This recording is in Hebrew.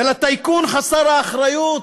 ולטייקון חסר האחריות,